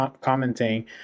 commenting